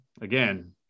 again